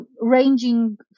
ranging